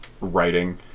writing